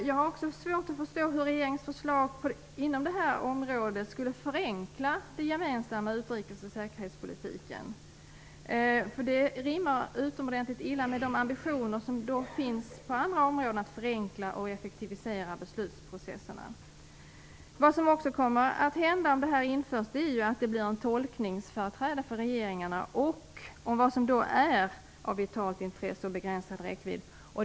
Jag har svårt att förstå hur regeringens förslag på detta område skulle förenkla arbetet inom den gemensamma utrikes och säkerhetspolitiken. Det rimmar utomordentligt illa med ambitionerna på andra områden att förenkla och effektivisera beslutsprocesserna. Om det införs blir det en tolkningsfråga för regeringarna vad som är av vitalt intresse och begränsad räckvidd.